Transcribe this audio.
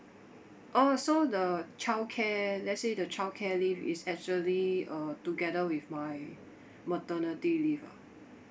orh so the childcare let's say the childcare leave is actually uh together with my maternity leave ah